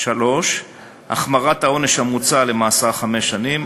3. החמרת העונש המוצע למאסר חמש שנים.